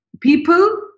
people